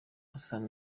asaba